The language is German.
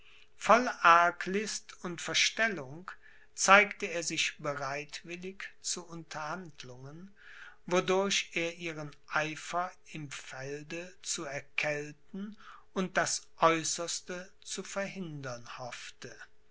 voll arglist und verstellung zeigte er sich bereitwillig zu unterhandlungen wodurch er ihren eifer im felde zu erkälten und das aeußerste zu verhindern hoffte